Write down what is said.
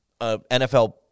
NFL